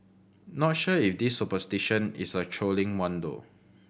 not sure if this superstition is a trolling one though